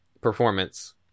performance